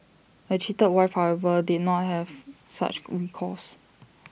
A cheated wife however did not have such recourse